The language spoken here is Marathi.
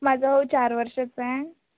माझा हो चार वर्षाचा आहे